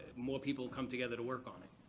more people come together to work on it.